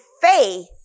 faith